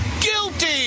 guilty